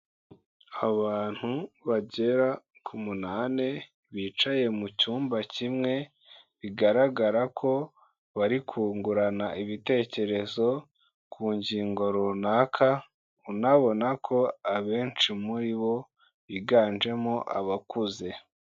Abantu bagera ku munani, bicaye mu cyumba kimwe, bigaragara ko bari kungurana ibitekerezo ku ngingo runaka, unabona ko abenshi muri bo biganjemo abakuze.